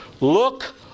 Look